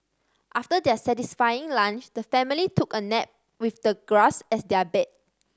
after their satisfying lunch the family took a nap with the grass as their bed